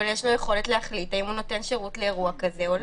אבל יש לו יכולת להחליט אם הוא נותן שירות לאירוע כזה או לא.